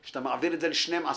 שאתה מעביר את זה ל-12,